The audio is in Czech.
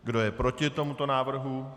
Kdo je proti tomuto návrhu?